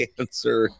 answer